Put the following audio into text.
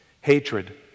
Hatred